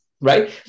right